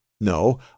No